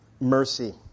mercy